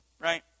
right